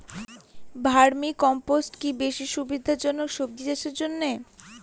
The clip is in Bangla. ভার্মি কম্পোষ্ট কি বেশী সুবিধা জনক সবজি চাষের ক্ষেত্রে?